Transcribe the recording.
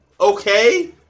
okay